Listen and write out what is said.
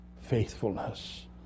faithfulness